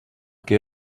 que